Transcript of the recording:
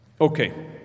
Okay